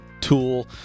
tool